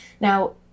Now